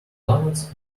donuts